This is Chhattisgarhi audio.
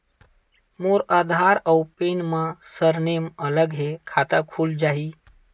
मोर आधार आऊ पैन मा सरनेम अलग हे खाता खुल जहीं?